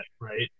Right